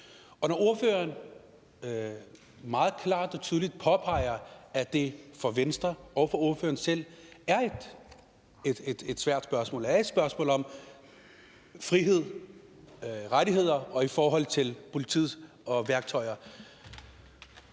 Når ordføreren meget klart og tydeligt påpeger, at det for Venstre og for ordføreren selv er et svært spørgsmål, et spørgsmål om frihed, rettigheder og i forhold til politiets værktøjer,